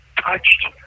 touched